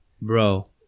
Bro